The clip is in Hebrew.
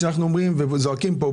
כשאנחנו זועקים פה,